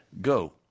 go